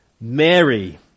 Mary